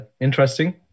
interesting